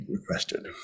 requested